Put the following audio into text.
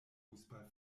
fußball